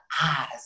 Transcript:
eyes